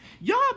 Y'all